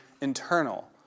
internal